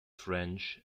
french